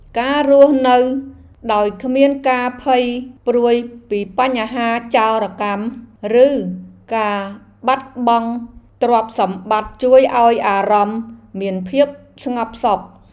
ការរស់នៅដោយគ្មានការភ័យព្រួយពីបញ្ហាចោរកម្ម ឬការបាត់បង់ទ្រព្យសម្បត្តិជួយឱ្យអារម្មណ៍មានភាពស្ងប់សុខ។